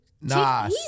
Nah